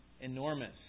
enormous